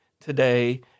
today